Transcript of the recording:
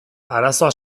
arazoa